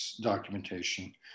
documentation